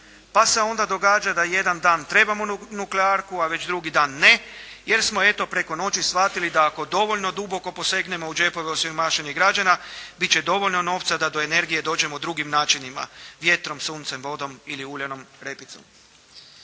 pa se onda događa da jedan dan trebamo nuklearku, a već drugi dan ne, jer smo eto preko noći shvatili da ako dovoljno duboko posegnemo u džepove osiromašenih građana bit će dovoljno novca da do energije dođemo drugim načinima, vjetrom, suncem, vodom ili uljanom repicom.